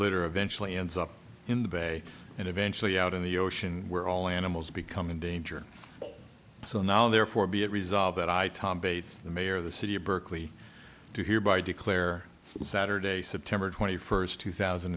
litter eventual ends up in the bay and eventually out in the ocean where all animals become in danger so now therefore be it resolved that i tom bates the mayor of the city of berkeley do hereby declare saturday september twenty first two thousand